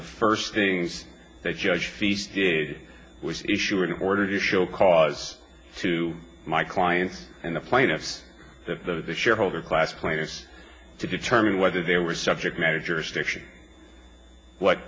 the first things that judge fees did was issue an order to show cause to my clients and the plaintiffs the shareholder class players to determine whether they were subject matter jurisdiction what